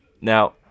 Now